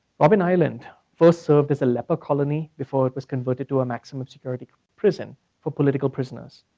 robben island first served as a leper colony before it was converted to a maximum security prison for political prisoners,